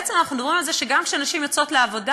ובעצם אנחנו מדברים על זה שגם כשנשים יוצאות לעבודה,